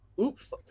oops